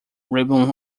ribbon